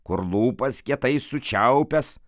kur lūpas kietai sučiaupęs